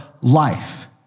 life